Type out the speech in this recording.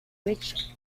reached